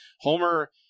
homer